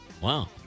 Wow